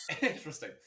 interesting